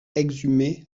exhumer